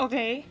okay